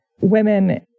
women